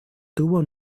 tuvo